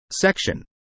Section